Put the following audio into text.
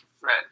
Right